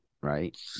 right